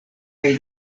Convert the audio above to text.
kaj